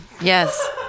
Yes